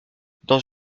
dans